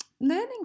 learning